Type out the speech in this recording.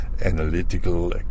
analytical